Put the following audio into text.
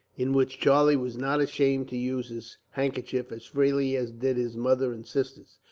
in which charlie was not ashamed to use his handkerchief as freely as did his mother and sisters.